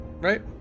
right